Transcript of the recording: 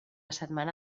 setmana